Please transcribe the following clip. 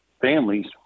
families